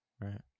Right